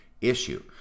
issue